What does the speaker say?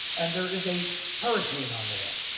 and there is a hurricane on the way.